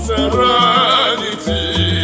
Serenity